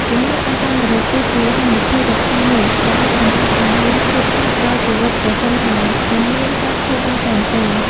ជំងឺអាសន្នរោគគឺជាហានិភ័យដ៏ធំមួយដែលអាចបណ្តាលឱ្យមានគ្រោះថ្នាក់ដល់ជីវិតប្រសិនបើមិនមានការព្យាបាលទាន់ពេល។